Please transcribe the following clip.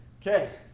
Okay